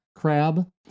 crab